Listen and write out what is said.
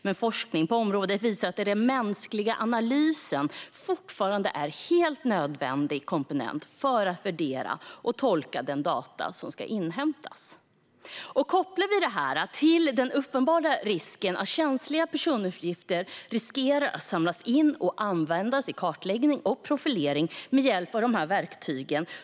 Men forskning på området visar att den mänskliga analysen fortfarande är en helt nödvändig komponent för att värdera och tolka den data som inhämtas. Vi kan koppla detta till den uppenbara risken att känsliga personuppgifter samlas in och används i kartläggning och profilering med hjälp av dessa verktyg.